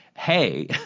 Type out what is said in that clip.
Hey